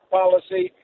policy